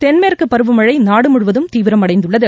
தென்மேற்கு பருவமழை நாடுமுழுவதும் தீவிரமடைந்துள்ளது